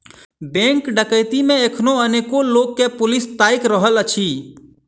bank डकैती मे एखनो अनेको लोक के पुलिस ताइक रहल अछि